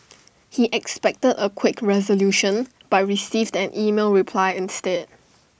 he expected A quick resolution but received an email reply instead